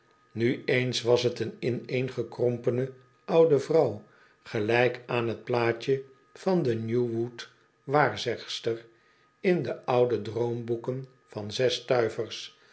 nu eens was t een ineengekrompene oude vrouw gelijk aan t plaatje van de newwood waarzegster in de oude droomboeken van zes stuivers